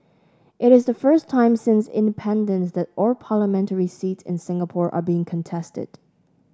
it is the first time since independence that all parliamentary seats in Singapore are being contested